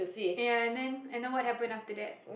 ya and then and then what happened after that